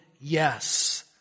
yes